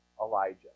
Elijah